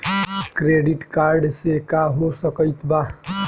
Credit card से का हो सकइत बा?